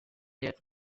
est